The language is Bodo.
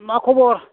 मा खबर